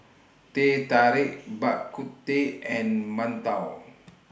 Teh Tarik Bak Kut Teh and mantou